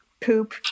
Poop